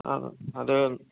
ആ അത്